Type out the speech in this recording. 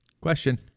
Question